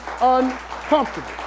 uncomfortable